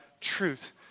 truth